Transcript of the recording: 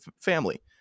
family